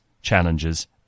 challenges